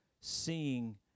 seeing